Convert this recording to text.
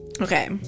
Okay